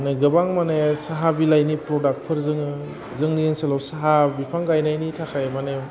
माने गोबां माने साहा बिलाइनि प्रडाक्टफोर जोङो जोंनि ओनसोलाव साहा बिफां गायनायनि थाखाय माने